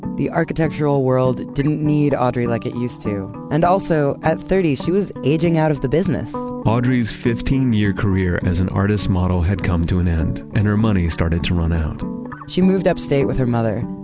the architectural world didn't need audrey like it used to. and also at thirty, she was aging out of the business audrey's fifteen year career as an artist model had come to an end and her money started to run out she moved upstate with her mother,